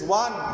one